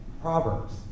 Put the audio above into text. Proverbs